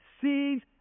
seeds